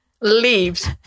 leaves